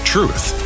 Truth